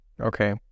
Okay